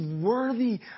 worthy